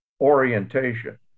orientation